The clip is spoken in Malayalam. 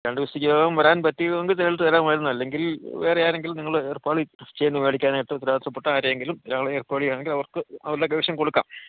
രണ്ടു ദിവസത്തിനകം വരാൻ പറ്റിയെങ്കിൽ നേരിട്ട് തരാമായിരുന്നു അല്ലെങ്കിൽ വേറാരെയെങ്കിലും നിങ്ങള് ഏർപ്പാട് ചെയ്യണം മേടിക്കാനായിട്ട് ഉത്തരവാദിത്തപ്പെട്ട ആരെങ്കിലും ഒരാളെ ഏർപ്പാടു ചെയ്യുകയാണെങ്കിൽ അവർക്ക് അവരുടെ കൈവശം കൊടുക്കാം